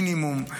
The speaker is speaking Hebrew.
מינימום.